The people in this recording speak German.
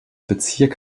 bezirk